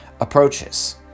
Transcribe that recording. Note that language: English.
approaches